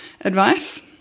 advice